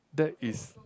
that is